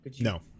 No